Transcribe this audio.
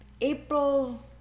april